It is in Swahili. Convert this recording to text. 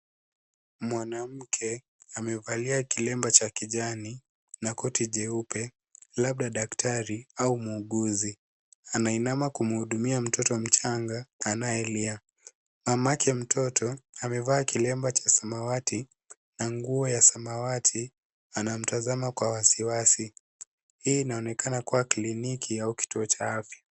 Mwanamke amevalia kilemba cha kijani na koti jeupe labda daktari au muuguzi, anainama kumhudumia mtoto mchanga anayelia, mamake mtoto amevaa kilemba cha samawati na nguo ya samawati anamtazama kwa wasiwasi, hii inaonekana kua kliniki au kituo cha afya.